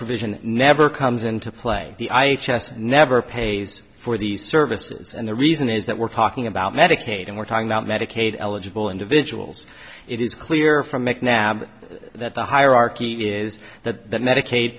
provision never comes into play the i never pays for these services and the reason is that we're talking about medicaid and we're talking about medicaid eligible individuals it is clear from mcnab that the hierarchy is that medicaid